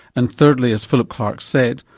and thirdly, as philip clarke said,